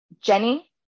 Jenny